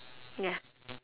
ya